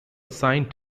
assigned